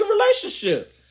relationship